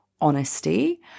honesty